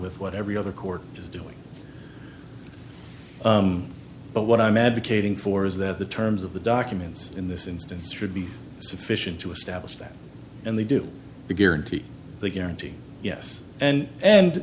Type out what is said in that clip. with what every other court is doing but what i'm advocating for is that the terms of the documents in this instance should be sufficient to establish that and they do guarantee the guarantee yes and and